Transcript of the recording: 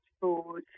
food